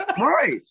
Right